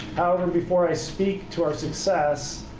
however, before i speak to our success,